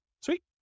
Sweet